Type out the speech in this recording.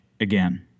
again